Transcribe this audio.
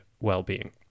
well-being